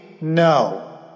no